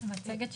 (הצגת מצגת)